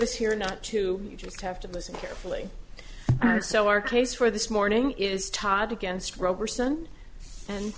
us here not to you just have to listen carefully so our case for this morning is todd against roberson and